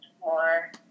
more